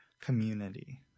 community